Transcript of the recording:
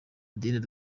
adeline